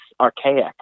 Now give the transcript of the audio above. archaic